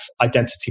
identity